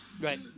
Right